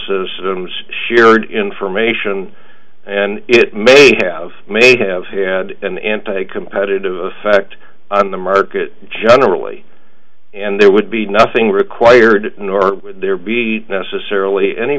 citizens shared information and it may have may have had an anti competitive effect on the market generally and there would be nothing required nor would there be necessarily any